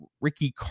Ricky